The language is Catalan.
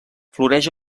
floreix